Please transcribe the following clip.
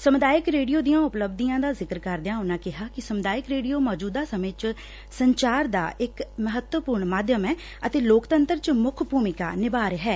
ਸਮੁਦਾਇਕ ਰੇਡੀਓ ਦੀਆਂ ਉਪਲੱਬਧੀਆਂ ਦਾ ਜ਼ਿਕਰ ਕਰਦਿਆਂ ਉਨਾਂ ਕਿਹਾ ਕਿ ਸਮੁਦਾਇਕ ਰੇਡੀਓ ਸੌਜੁਦਾ ਸਮੇਂ ਚ ਸੰਚਾਰ ਦਾ ਇਕ ਮੱਹਤਵਪੁਰਨ ਮਾਧਿਅਮ ਐ ਅਤੇ ਲੋਕਤੰਤਰ ਚ ਮੁੱਖ ਭੂਮਿਕਾ ਨਿਭਾ ਰਿਹਾ ਐ